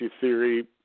theory